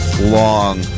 long